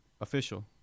official